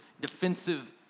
defensive